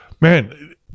man